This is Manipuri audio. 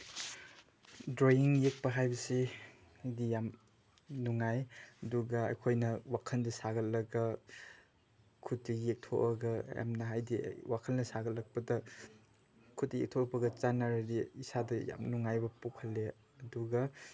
ꯗ꯭ꯔꯣꯌꯤꯡ ꯌꯦꯛꯄ ꯍꯥꯏꯕꯁꯤ ꯑꯩꯗꯤ ꯌꯥꯝ ꯅꯨꯡꯉꯥꯏ ꯑꯗꯨꯒ ꯑꯩꯈꯣꯏꯅ ꯋꯥꯈꯜꯗ ꯁꯥꯒꯠꯂꯒ ꯈꯨꯠꯇ ꯌꯦꯛꯊꯣꯛꯑꯒ ꯌꯥꯝꯅ ꯍꯥꯏꯗꯤ ꯋꯥꯈꯜꯅ ꯁꯥꯒꯠꯂꯛꯄꯗ ꯈꯨꯠꯇ ꯌꯦꯛꯊꯣꯔꯛꯄꯒ ꯆꯥꯟꯅꯔꯗꯤ ꯏꯁꯥꯗ ꯌꯥꯝ ꯅꯨꯡꯉꯥꯏꯕ ꯄꯣꯛꯍꯜꯂꯤ ꯑꯗꯨꯒ